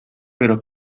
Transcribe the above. pero